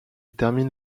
termine